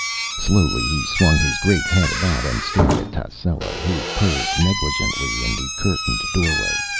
slowly he swung his great head about and stared at tascela who posed negligently in the curtained doorway,